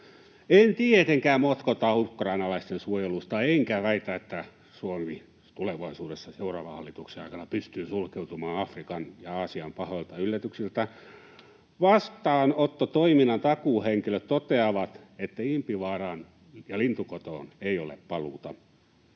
En tietenkään motkota ukrainalaisten suojelusta enkä väitä, että Suomi tulevaisuudessa, seuraavan hallituksen aikana, pystyy sulkeutumaan Afrikan ja Aasian pahoilta yllätyksiltä. Vastaanottotoiminnan takuuhenkilöt toteavat, että Impivaaraan ja lintukotoon ei ole paluuta: